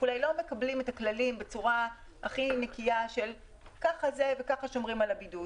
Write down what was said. לא מקבלים את הכללים שככה שומרים על הבידוד.